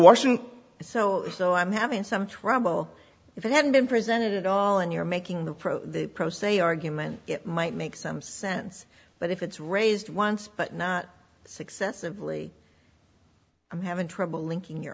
washington so so i'm having some trouble if it hadn't been presented at all and you're making the pro pro se argument it might make some sense but if it's raised once but not successively i'm having trouble linking your